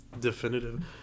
Definitive